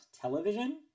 television